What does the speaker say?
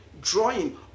drawing